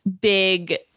big